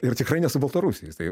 ir tikrai ne su baltarusiais tai